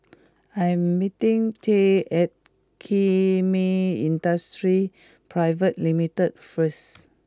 I am meeting Tyree at Kemin Industries Pte Ltd first